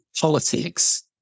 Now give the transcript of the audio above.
politics